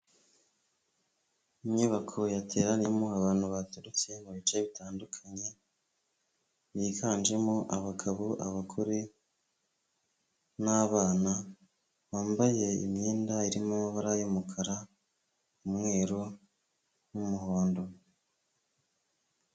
Inyubako yateranimo abantu baturutse mu bice bitandukanye biganjemo abagabo, abagore, n'abana, bambaye imyenda irimo amabara y'umukara, umweru, n'umuhondo.